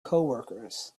coworkers